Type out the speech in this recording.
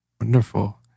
Wonderful